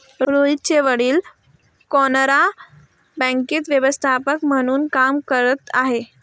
रोहितचे वडील कॅनरा बँकेत व्यवस्थापक म्हणून काम करत आहे